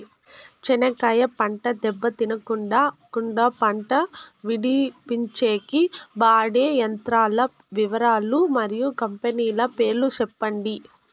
చెనక్కాయ పంట దెబ్బ తినకుండా కుండా పంట విడిపించేకి వాడే యంత్రాల వివరాలు మరియు కంపెనీల పేర్లు చెప్పండి?